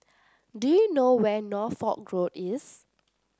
do you know where Norfolk Road is